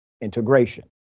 integration